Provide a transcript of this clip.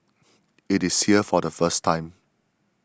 it is here for the first time